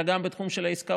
אלא גם בתחום של העסקאות.